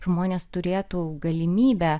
žmonės turėtų galimybę